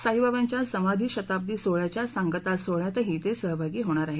साईबाबांच्या समाधी शताब्दी सोहळ्याच्या सांगता सोहळ्यातही ते सहभागी होणार आहेत